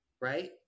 right